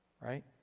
right